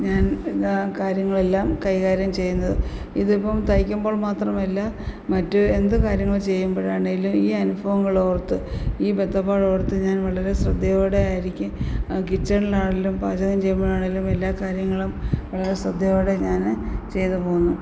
ഞാൻ എല്ലാ കാര്യങ്ങളെല്ലാം കൈകാര്യം ചെയ്യുന്നത് ഇതിപ്പോള് തയ്ക്കുമ്പോൾ മാത്രമല്ല മറ്റ് എന്തുകാര്യങ്ങള് ചെയ്യുമ്പോഴാണേലും ഈ അനുഭവങ്ങളോർത്ത് ഈ ബദ്ധപ്പാടോർത്ത് ഞാൻ വളരെ ശ്രദ്ധയോടെ ആയിരിക്കും കിച്ചണിലാണേലും പാചകം ചെയ്യുമ്പോഴാണെങ്കിലും എല്ലാ കാര്യങ്ങളും വളരെ ശ്രദ്ധയോടെ ഞാന് ചെയ്തുപോവുന്നു